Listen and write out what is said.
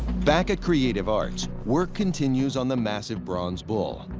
back at creative arts, work continues on the massive bronze bull.